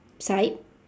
side